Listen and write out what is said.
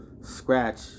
scratch